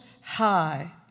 high